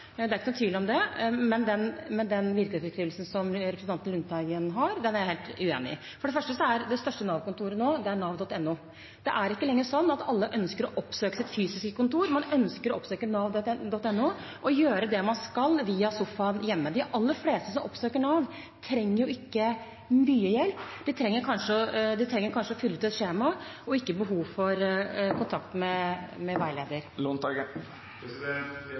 Det er ikke noe tvil om det. Men den virkelighetsbeskrivelsen som representanten Lundteigen har, er jeg helt uenig i. Det største Nav-kontoret nå, er nav.no. Det er ikke lenger sånn at alle ønsker å oppsøke sitt fysiske kontor, man ønsker å oppsøke nav.no og gjøre det man skal via sofaen hjemme. De aller fleste som oppsøker Nav, trenger ikke mye hjelp. De trenger kanskje å fylle ut et skjema og har ikke behov for kontakt med veileder. Vi